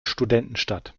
studentenstadt